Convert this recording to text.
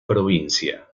provincia